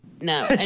No